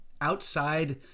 outside